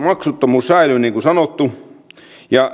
maksuttomuus säilyy niin kuin sanottu ja